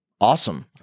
awesome